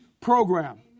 program